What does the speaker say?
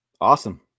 Awesome